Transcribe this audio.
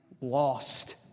lost